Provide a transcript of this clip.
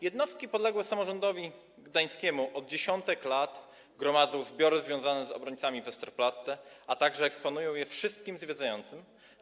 Jednostki podległe samorządowi gdańskiemu od dziesiątków lat gromadzą zbiory związane z obrońcami Westerplatte, a także eksponują je dla wszystkich zwiedzających.